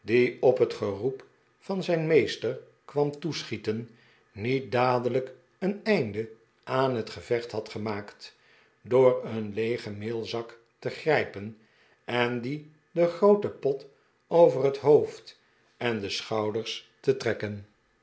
op het geroep van zijn meester kwam toeschieten niet dadelijk een einde aan het gevecht had gemaakt door een leegen meelzak te grijpen en dien den grooten pott over het hoofd en de schouders te trekken